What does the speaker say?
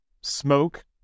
smoke